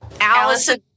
Allison